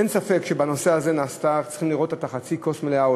אין ספק שבנושא הזה צריכים לראות את מחצית הכוס המלאה,